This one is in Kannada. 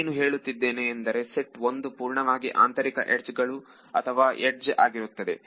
ನಾನೇನು ಹೇಳುತ್ತಿದ್ದೇನೆ ಎಂದರೆ ಸೆಟ್ ಒಂದು ಪೂರ್ಣವಾಗಿ ಆಂತರಿಕ ಯಡ್ಜ್ ಗಳು ಅಥವಾ ಯಡ್ಜ್ ಆಗಿರುತ್ತದೆ